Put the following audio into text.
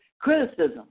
criticism